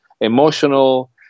emotional